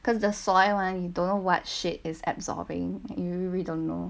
cause the soil [one] you don't know what shit is absorbing you really don't know